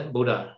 Buddha